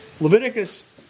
Leviticus